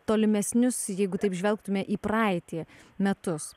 tolimesnius jeigu taip žvelgtume į praeitį metus